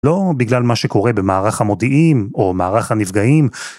לא בגלל מה שקורה במערך המודיעין, או מערך הנפגעים.